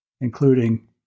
including